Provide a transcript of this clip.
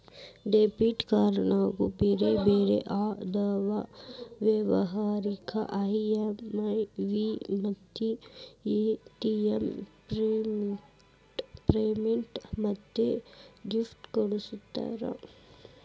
debit ಕ್ಯಾರ್ಡ್ನ್ಯಾಗು ಬ್ಯಾರೆ ಬ್ಯಾರೆ ಅದಾವ ಅವ್ಯಾವಂದ್ರ ಇ.ಎಮ್.ವಿ ಮತ್ತ ಎ.ಟಿ.ಎಂ ಪ್ರಿಪೇಯ್ಡ್ ಮತ್ತ ಗಿಫ್ಟ್ ಕಾರ್ಡ್ಸ್